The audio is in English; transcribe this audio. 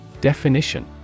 Definition